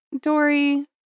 Dory